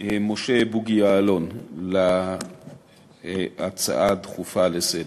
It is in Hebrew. משה בוגי יעלון על ההצעה הדחופה לסדר-היום.